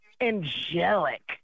angelic